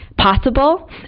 possible